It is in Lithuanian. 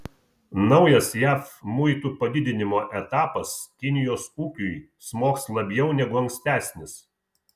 naujas jav muitų padidinimo etapas kinijos ūkiui smogs labiau negu ankstesnis